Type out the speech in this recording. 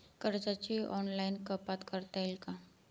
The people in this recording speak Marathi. कर्जाची ऑनलाईन कपात करता येईल का?